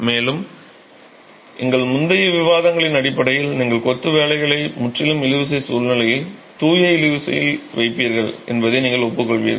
மேலும் எங்கள் முந்தைய விவாதங்களின் அடிப்படையில் நீங்கள் கொத்து வேலைகளை முற்றிலும் இழுவிசை சூழ்நிலையில் தூய இழுவிசையில் வைப்பீர்கள் என்பதை நீங்கள் ஒப்புக்கொள்வீர்கள்